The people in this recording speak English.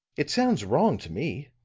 it sounds wrong to me.